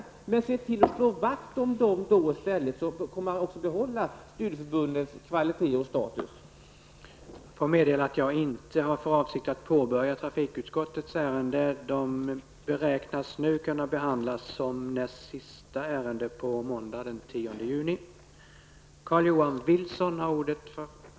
Men se då i stället till att slå vakt om dem, så kan man också behålla studieförbundens kvalitet och status!